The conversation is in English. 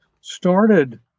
started